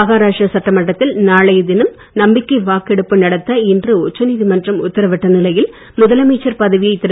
மஹாராஷ்டிரா சட்டமன்றத்தில் நாளைய தினம் நம்பிக்கை வாக்கெடுப்பு நடத்த இன்று உச்ச நீதிமன்றம் உத்தரவிட்ட நிலையில் முதலமைச்சர் பதவியை திரு